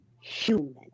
human